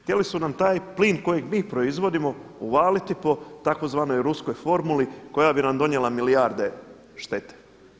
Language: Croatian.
Htjeli su nam taj plin kojeg mi proizvodimo uvaliti po tzv. ruskoj formuli koja bi nam donijela milijardu štete.